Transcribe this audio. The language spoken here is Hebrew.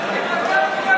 תודה.